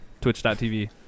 Twitch.tv